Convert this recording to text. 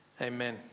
Amen